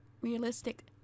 realistic